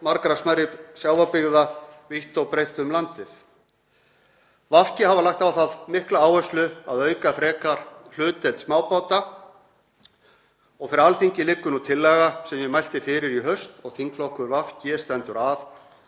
margra smærri sjávarbyggða vítt og breitt um landið. Vinstri græn hafa lagt á það mikla áherslu að auka frekar hlutdeild smábáta og fyrir Alþingi liggur tillaga sem ég mælti fyrir í haust, og þingflokkur Vinstri grænna stendur að,